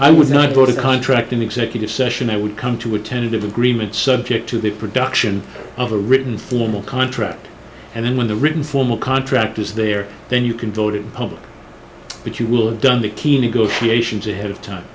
i would not put a contract in executive session i would come to a tentative agreement subject to the production of a written formal contract and then when the written formal contract is there then you can build it public but you will have done the key negotiations ahead of time